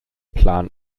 plan